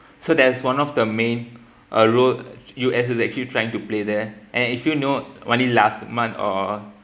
so there's one of the main uh role U_S is actually trying to play there and if you know only last month or